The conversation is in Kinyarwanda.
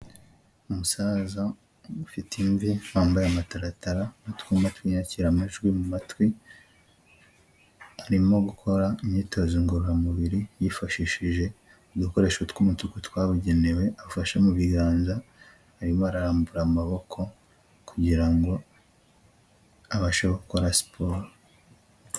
Umusaza amufite imvi wambaye amataratara n'utwuma twinyakira amajwi mu matwi, arimo gukora imyitozo ngororamubiri yifashishije udukoresho tw'umutuku twabugenewe afasha mu biganza, arimo arambura amaboko kugira ngo abashe gukora siporo.